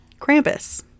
Krampus